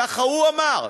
ככה הוא אמר.